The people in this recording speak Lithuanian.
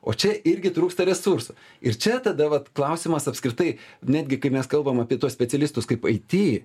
o čia irgi trūksta resursų ir čia tada vat klausimas apskritai netgi kai mes kalbam apie tuos specialistus kaip it